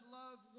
love